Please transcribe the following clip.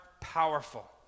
powerful